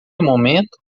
momento